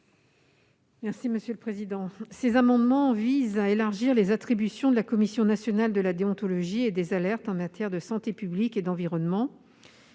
de la commission ? Ces amendements, qui visent à élargir les attributions de la Commission nationale de la déontologie et des alertes en matière de santé publique et d'environnement,